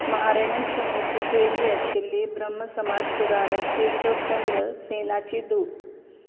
महाराणी सुनीती देवी आशिल्ली ब्रह्म समाज सुदारक केशव चंद्र सेनाची धूव